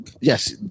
yes